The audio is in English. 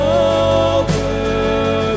over